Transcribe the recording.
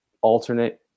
alternate